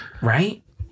right